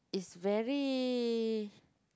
it's very